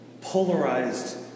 polarized